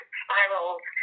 spirals